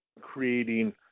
creating